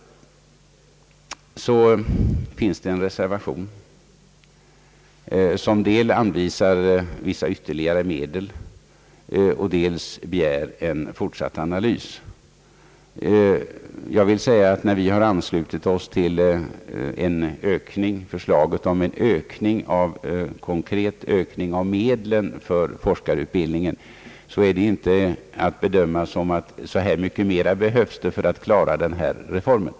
Därvidlag har fogats en reservation vid utskottsutlåtandet, vilken dels anvisar ytterligare medel, dels begär en fortsatt analys. När vi anslutit oss till förslaget om en konkret ökning av medlen till forskarutbildningen är det inte att bedöma som att vi anser att så här mycket mer behövs för att klara denna reform.